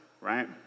right